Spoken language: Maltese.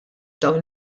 dawn